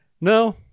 no